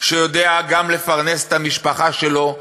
שיודע גם לפרנס את המשפחה שלו,